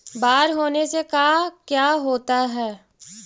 बाढ़ होने से का क्या होता है?